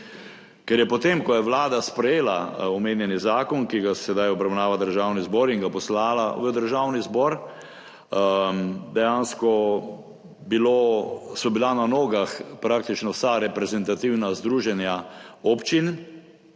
bila, potem ko je Vlada sprejela omenjeni zakon, ki ga sedaj obravnava Državni zbor, in ga poslala v Državni zbor, dejansko na nogah praktično vsa reprezentativna združenja občin